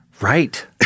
Right